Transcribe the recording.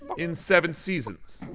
in seven seasons.